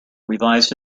revised